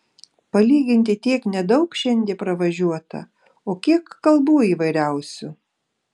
palyginti tiek nedaug šiandie pravažiuota o kiek kalbų įvairiausių